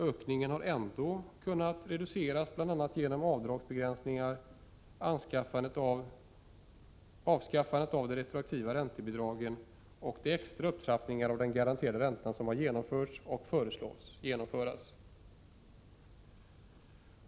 Ökningen har ändå kunnat reduceras bl.a. genom avdragsbegränsningar, avskaffande av de retroaktiva räntebidragen och den extra upptrappning av den garanterade räntan som genomförts och föreslås genomföras.